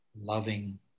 loving